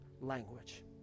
language